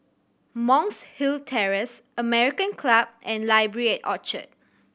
Monk's Hill Terrace American Club and Library at Orchard